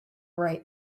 right